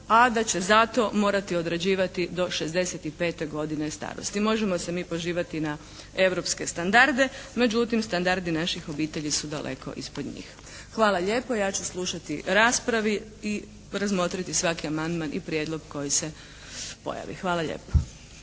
a da će za to mora odrađivati do 65. godine starosti. Možemo se mi pozivati na europske standarde, međutim standardi naših obitelji su daleko ispod njih. Hvala lijepo. Ja ću slušati raspravu i razmotriti svaki amandman i prijedlog koji se pojavi. Hvala lijepo.